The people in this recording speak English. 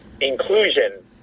inclusion